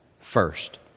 first